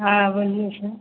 हाँ बोलिए सर